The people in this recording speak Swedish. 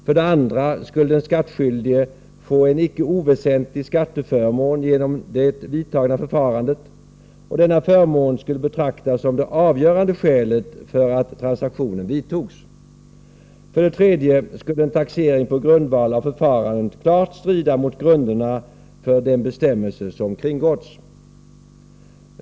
För det andra skulle den skattskyldige få en icke oväsentlig skatteförmån genom det vidtagna förfarandet, och denna förmån skulle betraktas som det avgörande skälet för att transaktionen vidtogs. För det tredje skulle en taxering på grundval av förfarandet klart strida mot grunderna för den bestämmelse som kringgåtts.